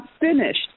finished